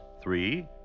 three